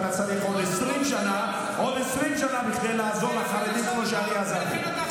אתה צריך עוד 20 שנה כדי לעזור לחרדים כמו שאני עזרתי.